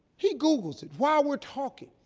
he googles it while we're talking.